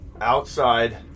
Outside